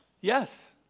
Yes